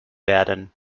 werden